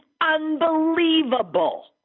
unbelievable